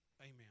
Amen